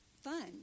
fun